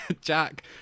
Jack